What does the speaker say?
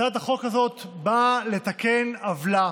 הצעת החוק הזאת באה לתקן עוולה